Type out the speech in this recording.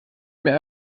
mehr